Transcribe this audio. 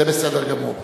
זה בסדר גמור.